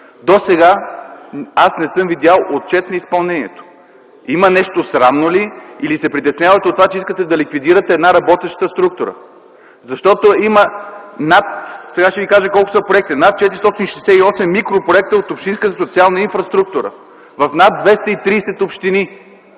Досега не съм видял отчет на изпълнението. Има нещо срамно ли, или се притеснявате от това, че искате да ликвидирате една работеща структура? Сега ще ви кажа колко са проектите. Има над 468 микропроекта от общинската социална инфраструктура в над 230 общини,